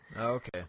Okay